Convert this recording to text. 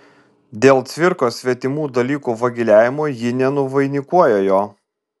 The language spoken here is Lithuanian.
dėl cvirkos svetimų dalykų vagiliavimo ji nenuvainikuoja jo